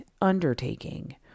undertaking